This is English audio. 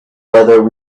whether